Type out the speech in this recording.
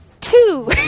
two